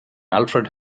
alfred